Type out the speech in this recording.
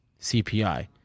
cpi